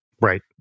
Right